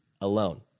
alone